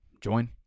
join